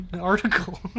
article